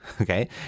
okay